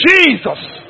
Jesus